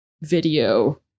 video